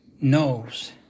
knows